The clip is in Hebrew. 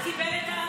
כל אחד קיבל,